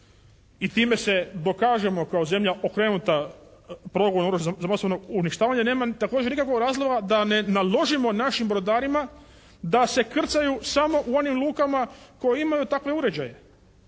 i time se pokažemo kao zemlja okrenuta progonu oružja za masovno uništavanje, nema također nikakvog razloga da ne naložimo našim brodarima da se krcaju samo u onim lukama koje imaju takve uređaje.